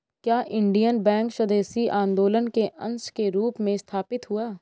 क्या Indian bank स्वदेशी आंदोलन के अंश के रूप में स्थापित हुआ?